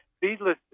seedless